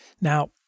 Now